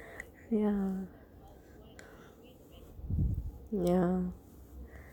ya ya